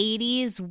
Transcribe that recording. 80s